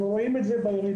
אנחנו רואים שהירידה